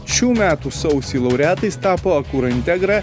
šių metų sausį laureatais tapo akura integra